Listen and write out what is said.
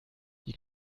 die